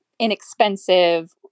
inexpensive